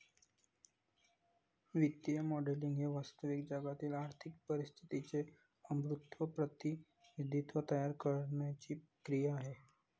वित्तीय मॉडेलिंग ही वास्तविक जगातील आर्थिक परिस्थितीचे अमूर्त प्रतिनिधित्व तयार करण्याची क्रिया आहे